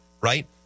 right